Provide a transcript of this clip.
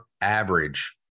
average